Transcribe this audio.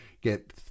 get